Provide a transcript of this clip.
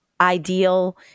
ideal